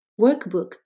workbook